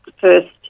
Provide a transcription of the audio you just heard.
first